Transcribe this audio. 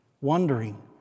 wondering